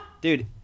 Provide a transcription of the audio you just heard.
Dude